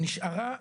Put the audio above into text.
נשארה,